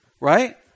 right